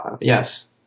Yes